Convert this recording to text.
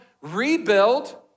rebuild